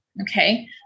okay